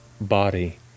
body